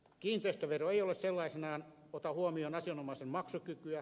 kiinteistövero ei sellaisenaan ota huomioon asianomaisen maksukykyä